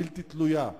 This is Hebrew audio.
בלתי תלויה,